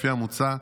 לפי המוצע,